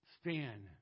stand